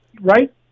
right